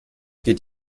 geht